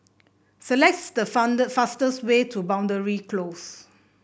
select the found fastest way to Boundary Close